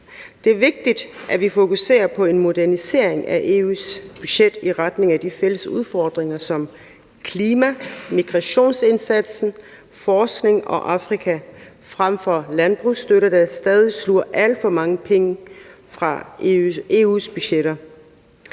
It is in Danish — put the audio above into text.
Det er vigtigt, at vi fokuserer på en modernisering af EU's budget i retning af de fælles udfordringer som klima, migrationsindsatsen, forskning og Afrika frem for landbrugsstøtte, der stadig sluger alt for mange penge fra EU's budgetter.